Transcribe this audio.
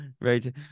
right